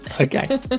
Okay